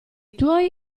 tuoi